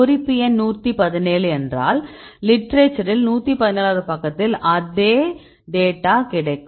குறிப்பு எண் 177 என்றால் லிட்டரேச்சரில் 177 வது பக்கத்தில் அதே டேட்டா கிடைக்கும்